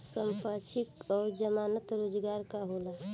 संपार्श्विक और जमानत रोजगार का होला?